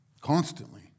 constantly